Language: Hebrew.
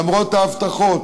ולמרות ההבטחות